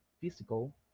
physical